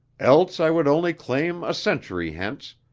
else i would only claim a century hence,